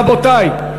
רבותי,